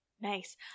nice